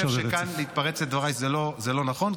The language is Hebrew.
אני באמת חושב שכאן להתפרץ לדבריי זה לא נכון,